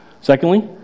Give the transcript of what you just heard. Secondly